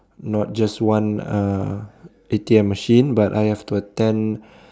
not just one uh A_T_M machine but I have to attend